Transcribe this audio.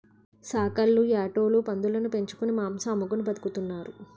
సాకల్లు యాటోలు పందులుని పెంచుకొని మాంసం అమ్ముకొని బతుకుతున్నారు